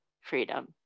freedom